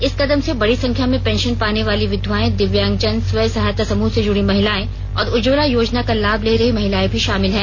इस कदम से बड़ी संख्या में पेंशन पाले वालीं विधवाएं दिव्यांगजन स्व सहायता समृह से जुडी महिलाएं और उज्ज्वला योजना का लाभ ले रही महिलाएं मी शामिल हैं